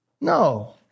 No